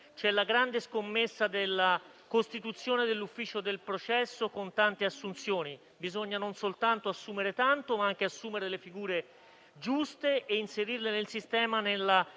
c'è la grande scommessa della costituzione dell'ufficio per il processo con tante assunzioni. Bisogna non soltanto assumere tanto, ma anche assumere le figure giuste e inserirle nel sistema